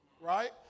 right